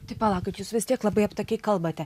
tai palaukit jūs vis tiek labai aptakiai kalbate